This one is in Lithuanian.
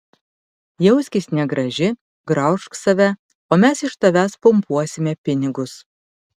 jauskis negraži graužk save o mes iš tavęs pumpuosime pinigus